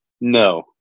No